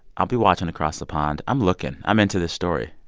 i'll be watching across the pond. i'm looking. i'm into this story